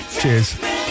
cheers